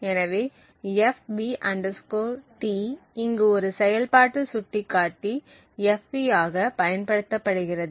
எனவே FB T இங்கு ஒரு செயல்பாட்டு சுட்டிக்காட்டி fp ஆக பயன்படுத்தப்படுகிறது